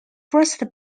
first